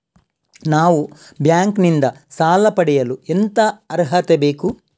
ನಾವು ಬ್ಯಾಂಕ್ ನಿಂದ ಸಾಲ ಪಡೆಯಲು ಎಂತ ಅರ್ಹತೆ ಬೇಕು?